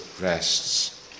rests